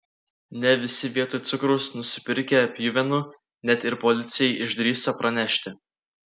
ne visi vietoj cukraus nusipirkę pjuvenų net ir policijai išdrįsta pranešti